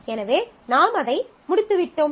எனவே நாம் அதை முடித்து விட்டோம்